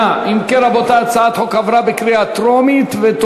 ההצעה להעביר את הצעת חוק התקשורת (בזק ושידורים) (תיקון,